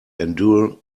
endure